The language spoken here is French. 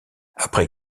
après